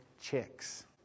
chicks